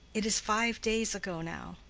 it is five days ago now.